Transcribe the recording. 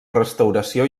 restauració